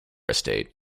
estate